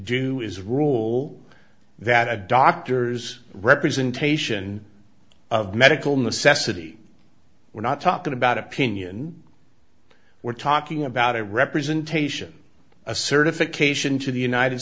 is rule that a doctor's representation of medical necessity we're not talking about opinion we're talking about a representation a certification to the united